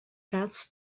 fast